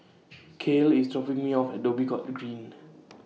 Kael IS dropping Me off At Dhoby Ghaut Green